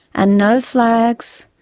and no flags,